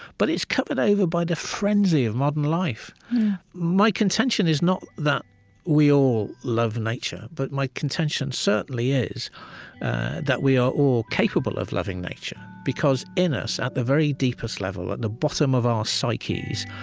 but it's covered over by the frenzy of modern life my contention is not that we all love nature, but my contention certainly is that we are all capable of loving nature, because in us, at the very deepest level, in the bottom of our psyches,